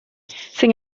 sin